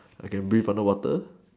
I can breath underwater